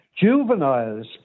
juveniles